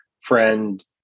friend